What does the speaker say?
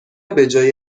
بجای